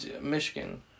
Michigan